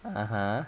(uh huh)